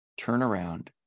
turnaround